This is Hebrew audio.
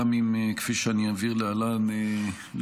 גם אם כפי שאני אבהיר להלן לא